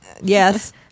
Yes